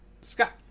Scott